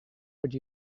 would